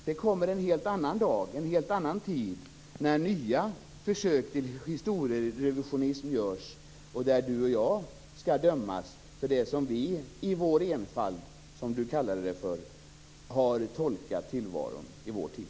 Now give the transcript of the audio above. Det kommer en helt annan dag, Kenneth Kvist, en helt annan tid, när nya försök till historierevisionism kommer att göras och Kenneth Kvist och jag kommer att dömas för hur vi i vår enfald har tolkat tillvaron i vår tid.